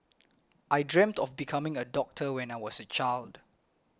I dreamt of becoming a doctor when I was a child